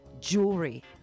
jewelry